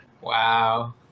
wow